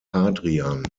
hadrian